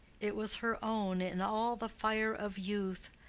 it was her own in all the fire of youth,